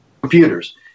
computers